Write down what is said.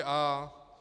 a)